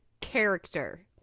character